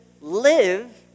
live